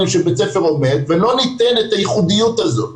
שבית ספר עומד ולא ניתן את הייחודיות הזו.